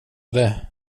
det